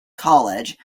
college